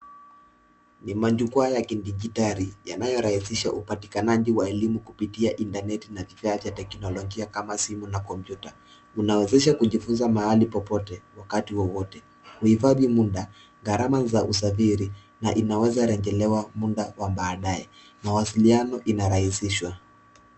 Ni majukwaa ya kidijitali yanayo rahihisha upatikanaji wa elimu kupitia intaneti na vifaa vya kiteknolojia kama simu na kompyuta. Ina wezesha kujifunza mahali popote wakati wowote. Ina hifadhi muda, gharama za usafiri na inaweza rejelewa kwa muda wa baadaye. Mawasiliano inarahisishwa.